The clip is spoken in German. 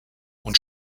und